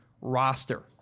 roster